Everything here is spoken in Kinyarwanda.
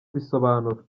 bisobanura